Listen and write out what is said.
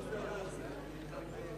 חנא סוייד, אחמד טיבי,